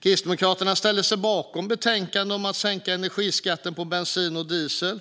Kristdemokraterna ställer sig bakom förslaget i betänkandet om att sänka energiskatten på bensin och diesel